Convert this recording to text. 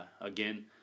Again